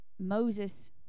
Moses